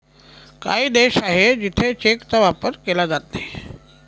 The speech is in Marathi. काही देश आहे जिथे चेकचा वापर केला जात नाही